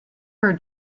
her